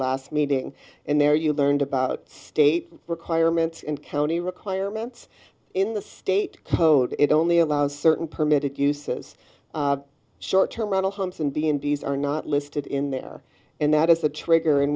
last meeting and there you learned about state requirements and county requirements in the state code it only allows certain permitted uses short term rental homes and b and b s are not listed in there and that is the trigger in